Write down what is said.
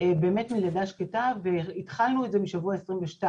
באמת מלידה שקטה ואנחנו התחלנו את זה באמת משבוע 22 ומעלה.